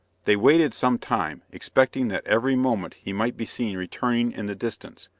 they waited some time, expecting that every moment he might be seen returning in the distance,